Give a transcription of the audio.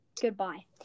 Goodbye